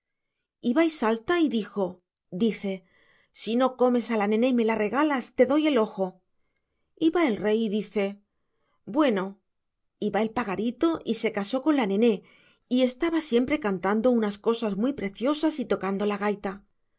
va y salta y dijo dice si no comes a la nené y me la regalas te doy el ojo y va el rey y dice bueno y va el pagarito y se casó con la nené y estaba siempre cantando unas cosas muy preciosas y tocando la gaita